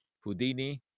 houdini